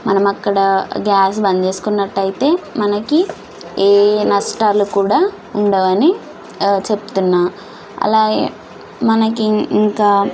మనం అక్కడ గ్యాస్ బంద్ చేసుకున్నట్టయితే మనకి ఏ నష్టాలు కూడా ఉండవని చెప్తున్నా అలాగే మనకి ఇంకా